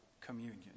communion